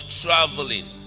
traveling